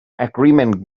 agreement